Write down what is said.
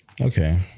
Okay